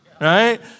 right